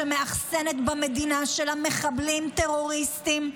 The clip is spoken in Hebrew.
שמאכסנת במדינה שלה מחבלים טרוריסטים,